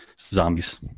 zombies